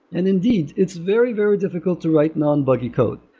and indeed it's very, very difficult to write non-buggy code.